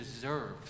deserves